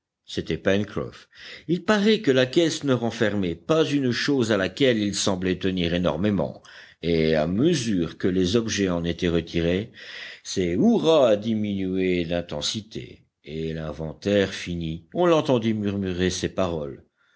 c'était pencroff il paraît que la caisse ne renfermait pas une chose à laquelle il semblait tenir énormément et à mesure que les objets en étaient retirés ses hurrahs diminuaient d'intensité et l'inventaire fini on l'entendit murmurer ces paroles